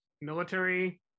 military